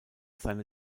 seine